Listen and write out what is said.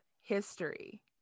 history